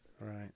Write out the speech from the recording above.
Right